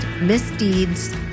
misdeeds